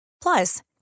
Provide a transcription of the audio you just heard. Plus